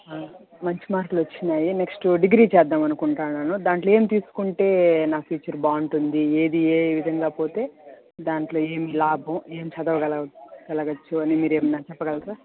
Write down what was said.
మంచి మార్కులు వచ్చినాయి నెక్స్ట్ డిగ్రీ చేద్దాం అనుకుంటున్నాను దాంట్లో ఏం తీసుకుంటే నా ఫ్యూచర్ బాగుంటుంది ఏది ఏ విధంగా పోతే దాంట్లో ఏం లాభం ఏం చదవగల గలగచ్చు అని మీరు ఏమైనా చెప్పగలరా